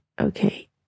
okay